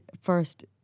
first